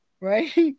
Right